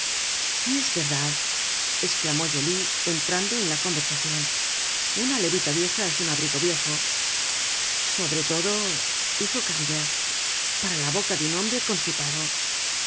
es verdad esclamó joly entrando en la conversacion una levita vieja es un abrigo viejo sobre todo dijo grantaire para la boca de un hombre constipado